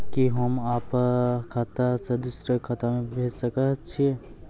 कि होम आप खाता सं दूसर खाता मे भेज सकै छी?